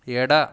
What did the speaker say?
ಎಡ